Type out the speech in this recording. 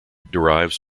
derives